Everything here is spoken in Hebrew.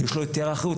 יש לו יותר אחריות.